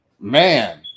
man